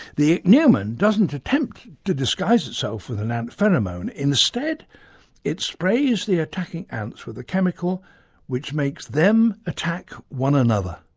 the ichneumon doesn't attempt to disguise itself with an ant pheromone, instead it sprays the attacking ants with a chemical which makes them attack one another.